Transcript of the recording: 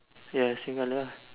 ya same colour ah